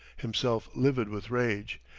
himself livid with rage.